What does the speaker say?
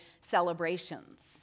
celebrations